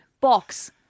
Box